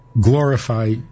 glorify